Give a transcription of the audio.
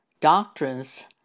doctrines